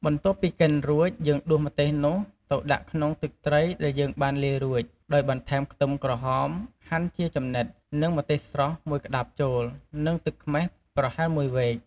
បន្ទាប់ពីកិនរួច យើងដួសម្ទេសនោះ ទៅដាក់ក្នុងទឹកត្រីដែលយើងបានលាយរួច ដោយបន្ថែមខ្ទឹមក្រហមហាន់ជាចំណិត និង ម្ទេសស្រស់ មួយក្ដាប់ចូល និងទឹកខ្មេះ ប្រហែលមួយវែក។